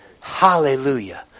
Hallelujah